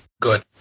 good